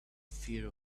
fear